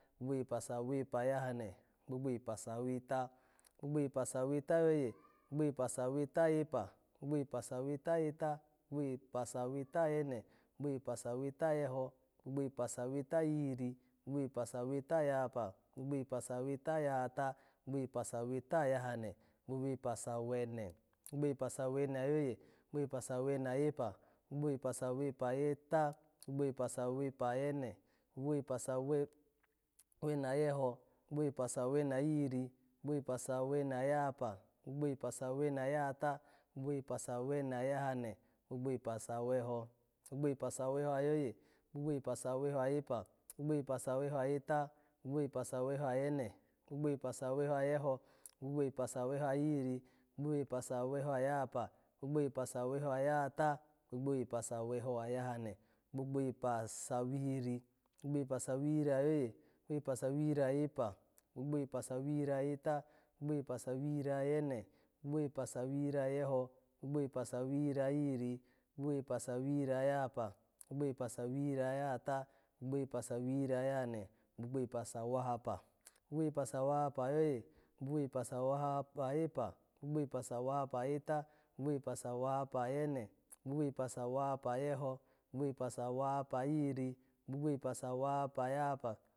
Gbogbo epa sawepa ayahane, gbogbo epa saweta, gbogbo epa saweta ayoye, gbogbo epa saweta ayepa, gbogbo epa saweta ayeta, gbogbo epa saweta ayene, gbogbo epa saweta ayeho, gbogbo epa saweta ayihiri, gbogbo epa saweta ayahapa, gbogbo epa saweta ayahata, gbogbo epa saweta ayahane, gbogbo epa sawene, gbogbo epa sawene ayoye, gbogbo epa sawene ayepa, gbogbo epa sawene ayeta, gbogbo epa sawepa ayeta, gbogbo epa sawepa ayene, gbogbo epa sa we-wene ayeho, gbogbo epa sawene ayihiri, gbogbo epa sawene ayahapa, gbogbo epa sawene ayahata, gbogbo epa sawene ayahane, gbogbo epa saweho, gbogbo epa saweho ayoye, gbogbo epa saweho ayepa, gbogbo epa saweho ayeta, gbogbo epa saweho ayene, gbogbo epa saweho ayeho, gbogbo epa saweho ayihiri, gbogbo epa saweho ayahapa, gbogbo epa saweho ayahata, gbogbo epa saweho ayahane, gbogbo epa sawihiri, gbogbo epa sawihiri ayoye, gbogbo epa sawihiri ayepa, gbogbo epa sawihiri ayeta, gbogbo epa sawihiri ayene, gbogbo epa sawihiri ayeho, gbogbo epa sawihiri ayihiri, gbogbo epa sawihiri ayahapa, gbogbo epa sawihiri ayahata, gbogbo epa sawihiri ayahane, gbogbo epa sawahapa, ogbogbo epa sawahapa ayoye, ogbogbo epa sawahapa ayepa, gbogbo epa sawahapa ayeta, gbogbo epa sawahapa ayene, gbogbo epa sawahapa ayeho, gbogbo epa sawahapa ayihiri, gbogbo epa sawahapa ayahapa